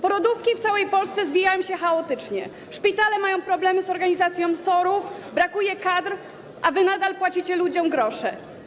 Porodówki w całej Polsce zwijają się chaotycznie, szpitale mają problemy z organizacją SOR-ów, brakuje kadr, a wy nadal płacicie ludziom grosze.